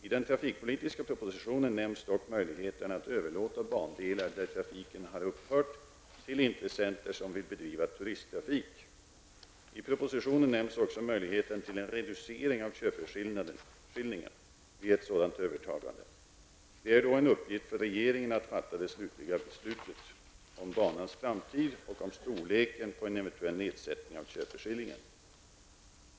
I den trafikpolitiska propositionen nämns dock möjligheterna att överlåta bandelar där trafiken har upphört till intressenter som vill bedriva turisttrafik. I propositionen nämns också möjligheten till en reducering av köpeskillingen vid ett sådant övertagande. Det är då en uppgift för regeringen att fatta det slutliga beslutet om banans framtid och om storleken på en eventuell nedsättning av köpeskillingen.